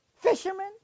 Fishermen